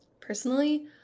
Personally